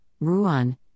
Ruan